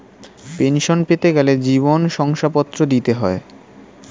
pension পেতে গেলে জীবন শংসাপত্র দিতে হয়